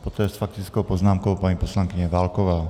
Poté s faktickou poznámkou paní poslankyně Válková.